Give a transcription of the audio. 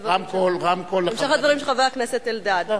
לדברים של חבר הכנסת אלדד,